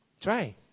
Try